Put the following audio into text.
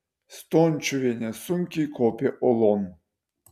stončiuvienė sunkiai kopė uolon